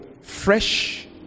fresh